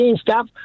Stop